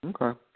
Okay